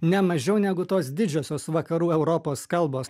ne mažiau negu tos didžiosios vakarų europos kalbos